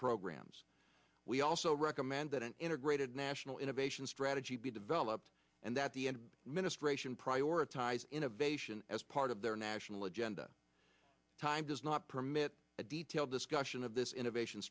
programs we also recommend that an integrated national innovation strategy be developed and that the end ministration prioritize innovation as part of their national agenda time does not permit a detailed discussion of this innovation